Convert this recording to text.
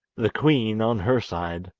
the queen, on her side,